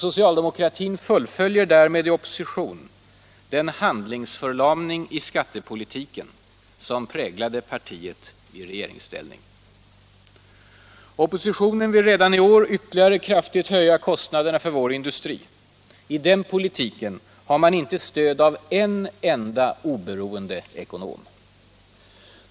Socialdemo kraterna fullföljer därmed i opposition den handlingsförlamning i skattepolitiken som präglade partiet i regeringsställning. Oppositionen vill redan i år ytterligare kraftigt höja kostnaderna för vår industri. I den politiken har man inte stöd av en enda oberoende ekonom.